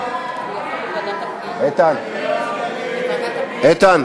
ההצעה להעביר את הצעת חוק הרשויות המקומיות (בחירות)